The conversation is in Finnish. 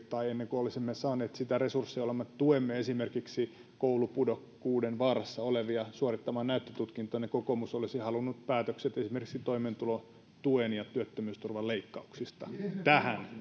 tai ennen kuin olisimme saaneet sitä resurssia jolla me tuemme esimerkiksi koulupudokkuuden vaarassa olevia suorittamaan näyttötutkintoa niin kokoomus olisi halunnut päätökset esimerkiksi toimeentulotuen ja työttömyysturvan leikkauksista tähän